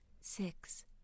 Six